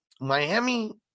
Miami